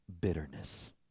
bitterness